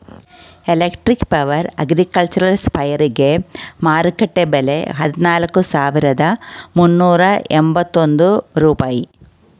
electric power agricultural ಸ್ಪ್ರೆಯರ್ಗೆ ಮಾರುಕಟ್ಟೆ ಬೆಲೆ ಹದಿನಾಲ್ಕು ಸಾವಿರದ ಮುನ್ನೂರ ಎಂಬತ್ತೊಂದು ರೂಪಾಯಿ